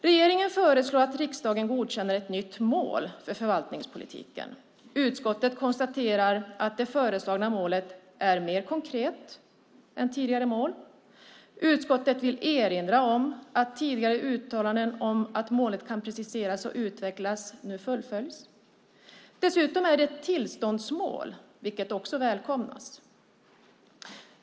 Regeringen föreslår att riksdagen godkänner ett nytt mål för förvaltningspolitiken. Utskottet konstaterar att det föreslagna målet är mer konkret än tidigare mål. Utskottet vill erinra om att tidigare uttalanden om att målet kan preciseras och utvecklas nu fullföljs. Dessutom är det ett tillståndsmål, vilket också välkomnas.